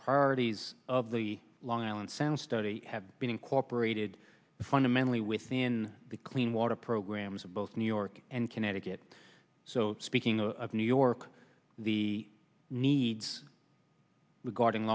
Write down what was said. parties of the long island sound study have been incorporated fundamentally within the clean water programs of both new york and connecticut so speaking of new york the needs regarding